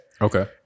Okay